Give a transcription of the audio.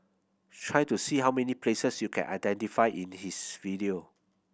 try to see how many places you can identify in his video